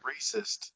racist